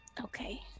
okay